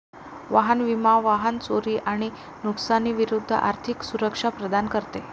वाहन विमा वाहन चोरी आणि नुकसानी विरूद्ध आर्थिक सुरक्षा प्रदान करते